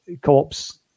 co-ops